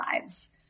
lives